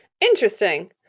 Interesting